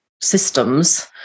systems